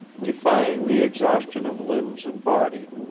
defying the exhaustion of limbs and body,